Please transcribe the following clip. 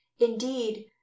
indeed